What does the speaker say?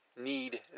need